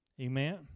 Amen